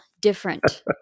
different